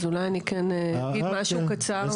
אז אולי אני כן אגיד משהו קצר.